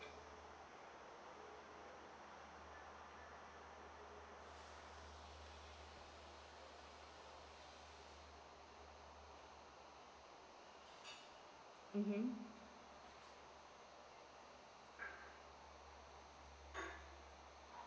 mmhmm